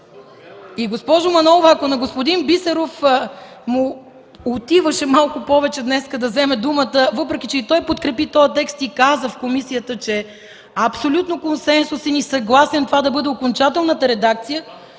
Госпожо Манолова, ако на господин Бисеров му отиваше малко повече днес да вземе думата, въпреки че и той подкрепи текста в комисията и каза, че е абсолютно консенсусен и съгласен това да бъде окончателната редакция,